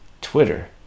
twitter